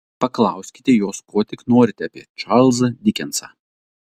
paklauskite jos ko tik norite apie čarlzą dikensą